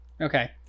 Okay